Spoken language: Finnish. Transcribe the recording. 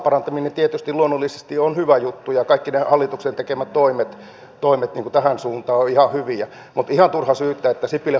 edellisten edustajien puheenvuoroihin on hyvä jatkaa että meillähän eivät tällä hetkellä työ ja tekijät kohtaa suomessa se on totta